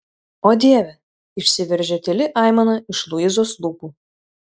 o dieve išsiveržė tyli aimana iš luizos lūpų